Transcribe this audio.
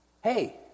Hey